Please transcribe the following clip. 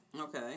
Okay